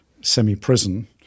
semi-prison